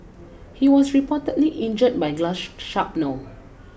he was reportedly injured by glass shrapnel